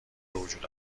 وجود